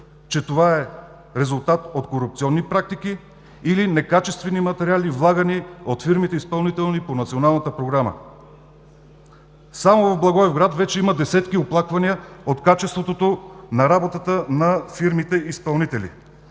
че това е резултат от корупционни практики, или некачествени материали, влагани от фирмите изпълнители по Националната програма. Само в Благоевград вече има десетки оплаквания от качеството на работата на фирмите-изпълнители,